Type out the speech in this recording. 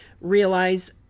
Realize